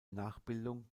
nachbildung